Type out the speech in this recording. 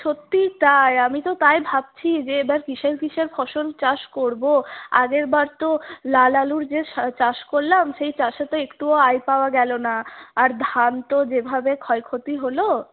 সত্যিই তাই আমি তো তাই ভাবছি যে এবার কিসের কিসের ফসল চাষ করবো আগের বার তো লাল আলুর যে চাষ করলাম সেই চাষে তো একটুও আয় পাওয়া গেল না আর ধান তো যেভাবে ক্ষয়ক্ষতি হলো